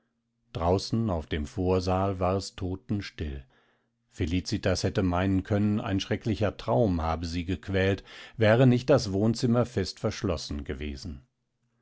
draußen auf dem vorsaal war es totenstill felicitas hätte meinen können ein schrecklicher traum habe sie gequält wäre nicht das wohnzimmer fest verschlossen gewesen